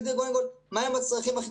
קודם כול צריך להגדיר מה הם הצרכים הכי